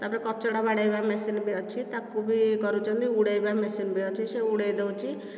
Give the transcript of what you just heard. ତାପରେ କଚଡ଼ା ମାଡ଼ିବା ମେସିନ ବି ଅଛି ତାକୁ ବି କରୁଛନ୍ତି ଉଡ଼େଇବା ମେସିନ ବି ଅଛି ସେ ଉଡ଼େଇଦେଉଛି